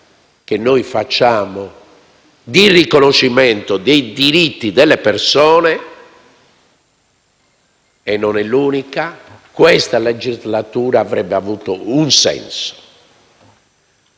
che noi facciamo per il riconoscimento dei diritti delle persone - e non è l'unica - questa legislatura avrebbe avuto un senso.